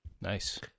nice